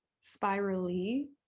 spirally